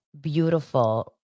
beautiful